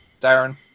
Darren